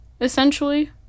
essentially